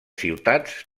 ciutats